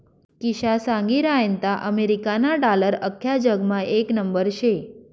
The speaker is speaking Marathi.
किशा सांगी रहायंता अमेरिकाना डालर आख्खा जगमा येक नंबरवर शे